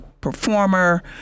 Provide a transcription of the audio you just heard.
performer